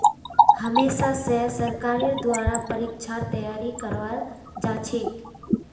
हमेशा स सरकारेर द्वारा परीक्षार तैयारी करवाल जाछेक